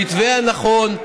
המתווה הנכון,